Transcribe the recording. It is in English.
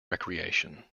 recreation